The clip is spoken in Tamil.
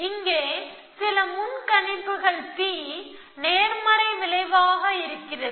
இங்கே சில முன் கணிப்புகள் P நேர்மறை விளைவாக இருக்கிறது